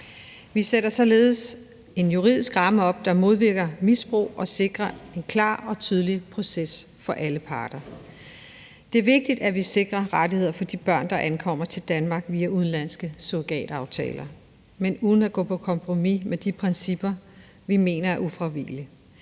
Vi sætter således en juridisk ramme op, der modvirker misbrug og sikrer en klar og tydelig proces for alle parter. Det er vigtigt, at vi sikrer rettigheder for de børn, der ankommer til Danmark via udenlandske surrogataftaler, men uden at gå på kompromis med de principper, vi mener er ufravigelige.